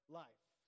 life